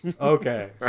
Okay